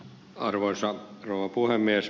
arvoisa rouva puhemies